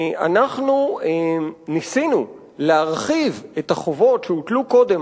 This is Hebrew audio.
אנחנו ניסינו להרחיב את החובות שהוטלו קודם